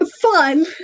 Fun